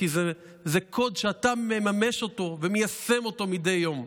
כי זה קוד שאתה מממש אותו ומיישם אותו מדי יום,